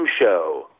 Show